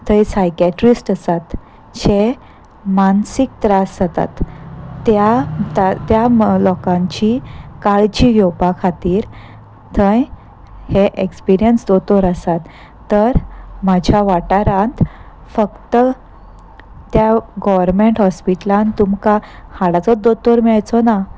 थंय सायकेट्रिस्ट आसात जे मानसीक त्रास जातात त्या त्या लोकांची काळजी घेवपा खातीर थंय हे ऍक्सपिरियन्स दोतोर आसात तर म्हाज्या वाठारांत फक्त त्या गोरमेंट हॉस्पिटलान तुमकां हाडाचो दोतोर मेळचो ना